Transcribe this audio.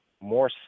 more